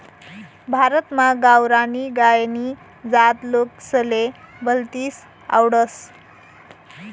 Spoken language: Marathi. भारतमा गावरानी गायनी जात लोकेसले भलतीस आवडस